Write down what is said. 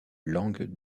langue